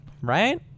Right